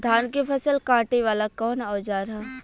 धान के फसल कांटे वाला कवन औजार ह?